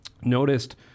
noticed